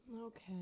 Okay